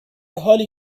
حالی